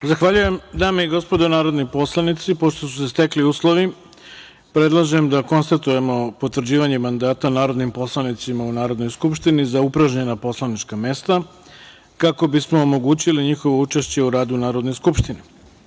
Zahvaljujem. Dame i gospodo narodni poslanici, pošto su se stekli uslovi, predlažem da konstatujemo potvrđivanje mandata narodnim poslanicima u Narodnoj skupštini za upražnjena poslanička mesta, kako bismo omogućili njihovo učešće u radu Narodne skupštine. Uručena